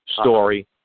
story